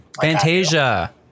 Fantasia